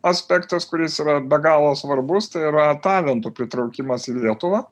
aspektas kuris yra be galo svarbus tai yra talentų pritraukimas į lietuvą